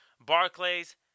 Barclays